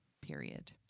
Period